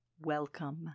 Welcome